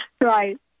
Right